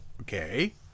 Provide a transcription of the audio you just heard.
okay